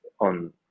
On